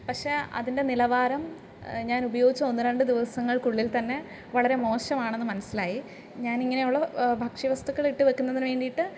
പക്ഷേ അതിൻ്റെ നിലവാരം ഞാൻ ഉപയോഗിച്ച് ഒന്ന് രണ്ട് ദിവസങ്ങൾക്കുള്ളിൽ തന്നെ വളരെ മോശമാണെന്ന് മനസിലായി ഞാൻ ഇങ്ങനെയുള്ള ഭക്ഷ്യ വസ്തുക്കൾ ഇട്ടു വയ്ക്കുന്നതിനു വേണ്ടിയിട്ട്